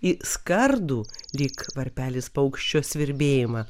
į skardų lyg varpelis paukščio svirbėjimą